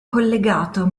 collegato